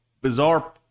bizarre